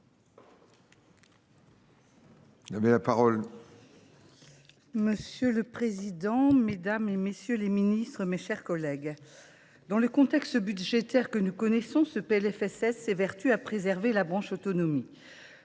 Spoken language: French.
Monsieur le président, mesdames, messieurs les ministres, mes chers collègues, malgré le contexte budgétaire que nous connaissons, ce PLFSS s’évertue à préserver la branche autonomie.